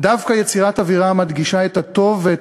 דווקא יצירת אווירה המדגישה את הטוב ואת